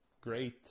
great